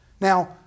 Now